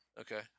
Okay